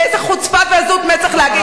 באיזה חוצפה ועזות מצח להגיד?